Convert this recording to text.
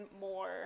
more